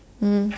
mm